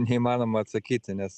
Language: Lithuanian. neįmanoma atsakyti nes